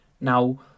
Now